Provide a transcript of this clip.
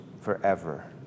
forever